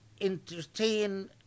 entertain